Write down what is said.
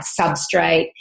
substrate